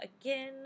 again